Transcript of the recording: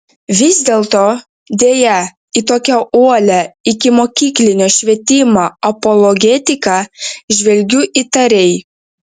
vis dėlto deja į tokią uolią ikimokyklinio švietimo apologetiką žvelgiu įtariai